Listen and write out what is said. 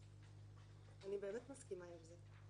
אני באמת מסכימה עם זה.